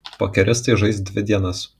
pokeristai žais dvi dienas